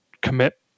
commit